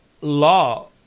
law